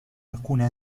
alcune